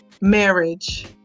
marriage